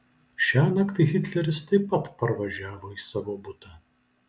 šiąnakt hitleris taip pat parvažiavo į savo butą